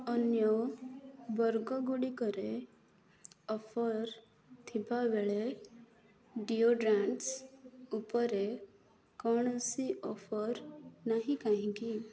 ଅନ୍ୟ ବର୍ଗ ଗୁଡ଼ିକରେ ଅଫର୍ ଥିବାବେଳେ ଡିଓଡ୍ରାଣ୍ଟ୍ ଉପରେ କୌଣସି ଅଫର୍ ନାହିଁ କାହିଁକି